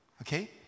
Okay